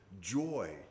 joy